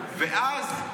ואז,